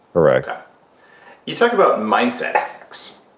correct you talk about mindset hacks.